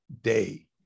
day